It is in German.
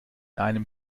einem